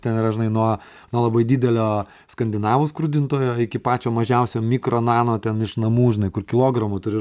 ten yra žinai nuo nuo labai didelio skandinavų skrudintojo iki pačio mažiausio mikro nano ten iš namų žinai kur kilogramui turi